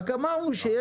רק אמרנו,